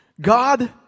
God